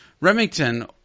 Remington